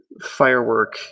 firework